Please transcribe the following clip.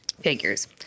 figures